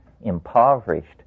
impoverished